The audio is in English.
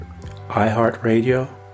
iHeartRadio